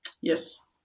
Yes